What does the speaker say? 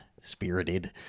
spirited